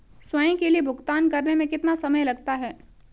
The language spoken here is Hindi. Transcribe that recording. स्वयं के लिए भुगतान करने में कितना समय लगता है?